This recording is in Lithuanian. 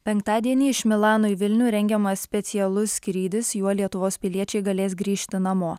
penktadienį iš milano į vilnių rengiamas specialus skrydis juo lietuvos piliečiai galės grįžti namo